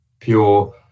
pure